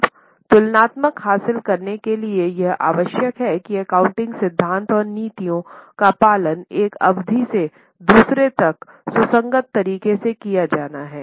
अब तुलनात्मकता हासिल करने के लिए यह आवश्यक है कि एकाउंटिंग सिद्धांत और नीतियों का पालन एक अवधि से दूसरे तक सुसंगत तरीके से किया जाना है